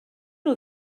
nhw